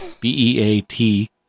B-E-A-T